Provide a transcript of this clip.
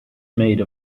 made